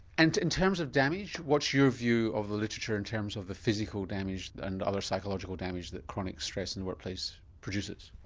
and in terms of damage, what's your view of the literature in terms of the physical damage and other psychological damage that chronic stress in the workplace produces?